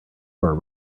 were